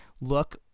look